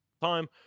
time